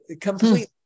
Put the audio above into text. completely